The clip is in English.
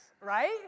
right